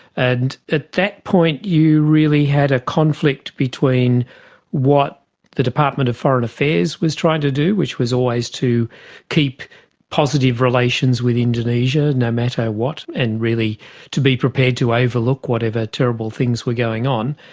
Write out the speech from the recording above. and at that point you really had a conflict between what the department of foreign affairs was trying to do, which was always to keep positive relations with indonesia, no matter what, and really to be prepared to overlook whatever terrible things were going on,